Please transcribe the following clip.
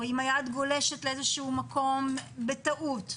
או אם היד גולשת לאיזשהו מקום "בטעות".